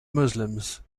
muslims